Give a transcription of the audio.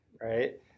right